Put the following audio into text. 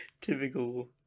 Typical